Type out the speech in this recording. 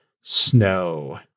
snow